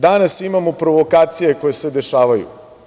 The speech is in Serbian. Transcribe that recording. Danas imamo provokacije koje se dešavaju.